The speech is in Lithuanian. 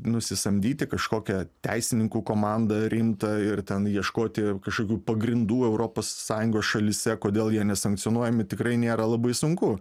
nusisamdyti kažkokią teisininkų komandą rimtą ir ten ieškoti kažkokių pagrindų europos sąjungos šalyse kodėl jie ne sankcionuojami tikrai nėra labai sunku